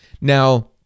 Now